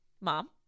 Mom